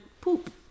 poop